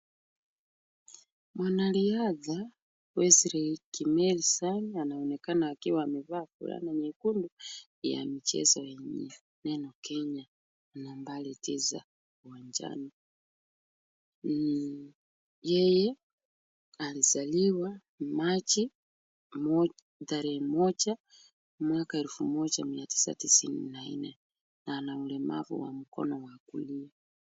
Mwanariadha Wesley Kimeli Sang anaonekana akiwa amevaa fulana nyekundu ya michezo yenye neno Kenya na nambari tisa uwanjani. Yeye alizaliwa Machi tarehe moja mwaka elfu moja mia tisa tisini na nne na ana ulemavu wa mkono wa kulia.